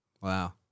Wow